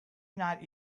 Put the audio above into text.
not